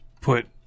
put –